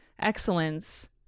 excellence